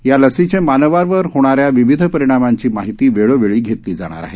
या लसीचे मानवावर होणारे विविध परिणामाची माहिती वेळोवेळी घेतली जाणार आहे